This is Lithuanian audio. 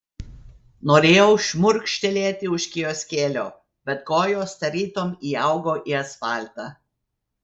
norėjau šmurkštelėti už kioskelio bet kojos tarytum įaugo į asfaltą